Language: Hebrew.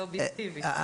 לא אובייקטיבי.